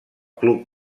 club